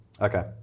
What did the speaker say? Okay